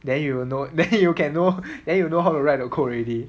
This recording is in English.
then you will know then you can know then you will know how to write the code already